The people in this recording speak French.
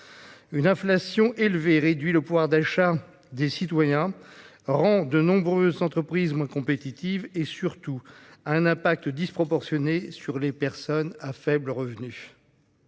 Une inflation élevée réduit le pouvoir d'achat des citoyens et rend de nombreuses entreprises moins compétitives ; surtout, elle a un impact disproportionné sur les personnes à faible revenu.